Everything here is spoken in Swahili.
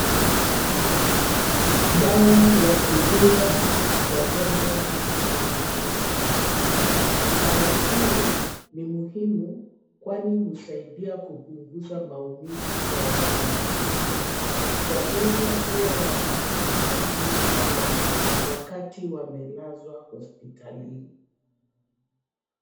Dawa ya kudunga wagonjwa ndani ya mshipa. Dawa hii ni muhimu kwani husaidia kupunguza maumivu kwa wagonjwa. Wagonjwa huwa wanapatiwa dawa hii wakati wamelazwa hospitalini.